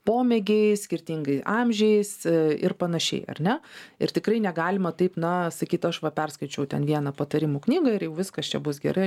pomėgiais skirtingi amžiais ir panašiai ar ne ir tikrai negalima taip na sakyt aš va perskaičiau ten vieną patarimų knygą ir jau viskas čia bus gerai